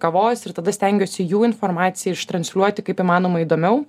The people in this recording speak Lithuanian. kavos ir tada stengiuosi jų informaciją ištransliuoti kaip įmanoma įdomiau